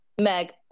Meg